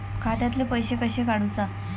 खात्यातले पैसे कशे काडूचा?